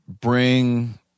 bring